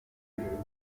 adjourned